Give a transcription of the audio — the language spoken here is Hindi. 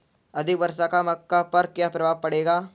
अधिक वर्षा का मक्का पर क्या प्रभाव पड़ेगा?